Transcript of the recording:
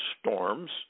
storms